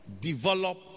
Develop